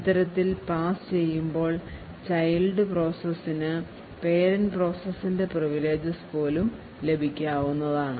ഇത്തരത്തിൽ പാസ് ചെയ്യുമ്പോൾ ചൈൽഡ് പ്രോസസ്സിന് parent പ്രോസസ്സ്ന്റെ പ്രിവിലേജസ് പോലും ലഭിക്കുന്നതാണ്